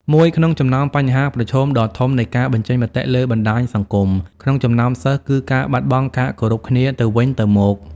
មួយក្នុងចំណោមបញ្ហាប្រឈមដ៏ធំនៃការបញ្ចេញមតិលើបណ្ដាញសង្គមក្នុងចំណោមសិស្សគឺ ការបាត់បង់ការគោរពគ្នាទៅវិញទៅមក។